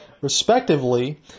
respectively